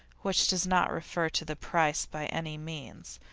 which does not refer to the price, by any means.